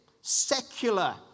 secular